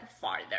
farther